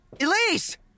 Elise